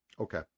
okay